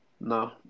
No